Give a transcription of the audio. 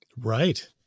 Right